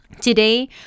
Today